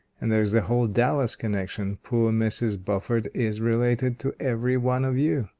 and there's the whole dallas connection poor mrs. beaufort is related to every one of you.